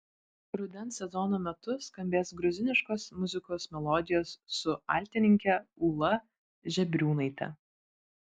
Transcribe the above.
rudens sezono metu skambės gruziniškos muzikos melodijos su altininke ūla žebriūnaite